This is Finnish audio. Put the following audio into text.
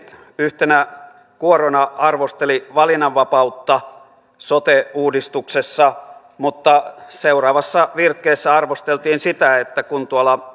yhtenä kuorona arvosteli valinnanvapautta sote uudistuksessa mutta seuraavassa virkkeessä arvosteltiin sitä että tuolla